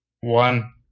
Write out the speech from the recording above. One